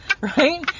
right